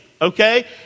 Okay